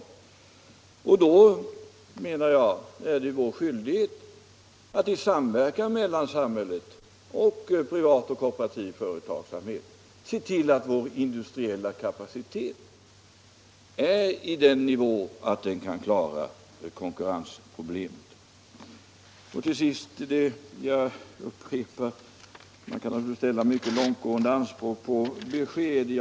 Då, menar jag, är det vår skylidghet att i samverkan mellan samhället och privat och kooperativ företagsamhet se till att vår industriella kapacitet är på sådan nivå att den kan lösa konkurrensproblemet. Till sist — jag upprepar det — vill jag säga att man naturligtvis kan ställa mycket långtgående anspråk på besked i en fråga.